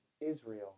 Israel